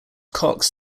cox